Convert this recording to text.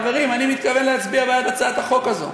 חברים, אני מתכוון להצביע בעד הצעת החוק הזאת.